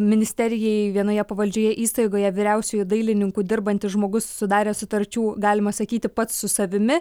ministerijai vienoje pavaldžioje įstaigoje vyriausiuoju dailininku dirbantis žmogus sudarė sutarčių galima sakyti pats su savimi